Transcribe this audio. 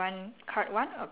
okay personal